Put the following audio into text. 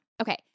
Okay